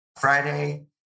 Friday